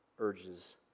urges